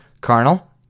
carnal